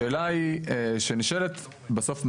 השאלה שנשאלת היא בסוף,